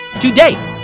Today